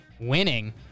winning